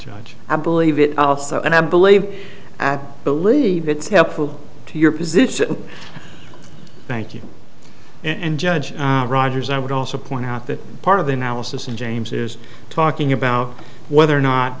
judge i believe it also and i believe i believe it's helpful to your position thank you and judge rogers i would also point out that part of the analysis in james is talking about whether or not